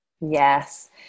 Yes